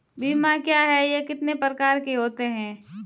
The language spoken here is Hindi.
बीमा क्या है यह कितने प्रकार के होते हैं?